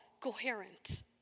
coherent